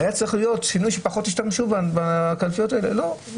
היה צריך להיות שינוי שפחות השתמשו בקלפיות האלה לא.